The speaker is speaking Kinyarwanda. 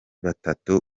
batatu